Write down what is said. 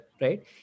right